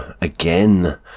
again